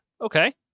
Okay